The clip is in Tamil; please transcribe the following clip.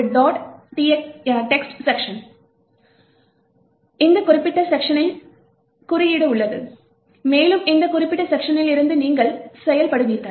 text செக்க்ஷன் இந்த குறிப்பிட்ட செக்க்ஷனில் குறியீடு உள்ளது மேலும் இந்த குறிப்பிட்ட செக்க்ஷனில் இருந்து நீங்கள் செயல்படுவீர்கள்